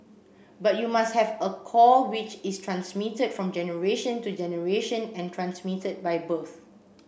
but you must have a core which is transmitted from generation to generation and transmitted by birth